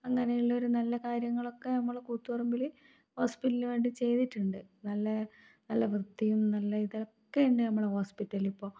അങ്ങനെ ഉള്ളൊരു നല്ല കാര്യങ്ങളൊക്കെ നമ്മൾ കൂത്തുപറമ്പിൽ ഹോസ്പിറ്റലിന് വേണ്ടി ചെയ്തിട്ടുണ്ട് നല്ല നല്ല വൃത്തിയും നല്ല ഇതൊക്കെത്തന്നെ നമ്മളെ ഹോസ്പിറ്റലിലിപ്പോൾ